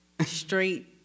straight